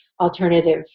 alternative